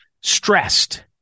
stressed